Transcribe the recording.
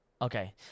Okay